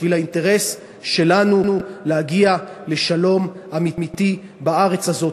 בשביל האינטרס שלנו להגיע לשלום אמיתי בארץ הזאת.